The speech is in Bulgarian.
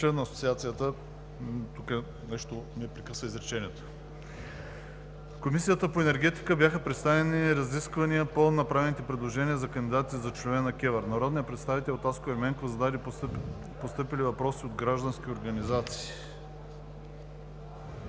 Комисията по енергетика бяха проведени разисквания по направените предложения за кандидати за членове на КЕВР. Народният представител Таско Ерменков зададе постъпили въпроси от граждански организации